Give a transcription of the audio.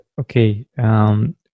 okay